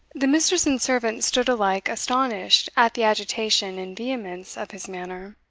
the mistress and servant stood alike astonished at the agitation and vehemence of his manner.